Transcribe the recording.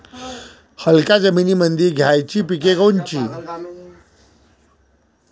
हलक्या जमीनीमंदी घ्यायची पिके कोनची?